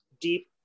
deep